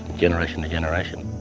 generation to generation.